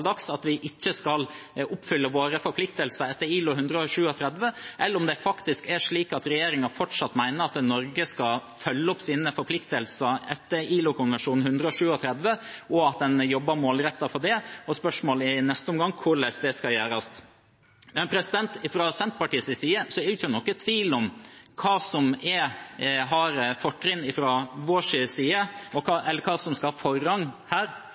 at vi ikke skal oppfylle våre forpliktelser etter ILO 137, eller om det faktisk er slik at regjeringen fortsatt mener at Norge skal oppfylle sine forpliktelser etter ILO-konvensjon 137, og at en jobber målrettet for det. I neste omgang er spørsmålet hvordan det skal gjøres. Fra Senterpartiets side er det ingen tvil om hva som skal ha forrang. Senterpartiet er veldig tydelig på at den norske arbeidslovgivningen, norske tariffavtaler og ILO-konvensjoner skal ha forrang